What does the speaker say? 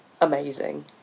amazing